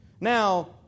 Now